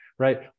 right